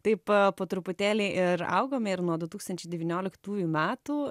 taip po truputėlį ir augome ir nuo du tūkstančiai devynioliktųjų metų